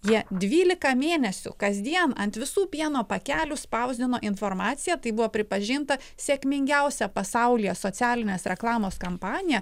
jie dvylika mėnesių kasdien ant visų pieno pakelių spausdino informaciją tai buvo pripažinta sėkmingiausia pasaulyje socialinės reklamos kampanija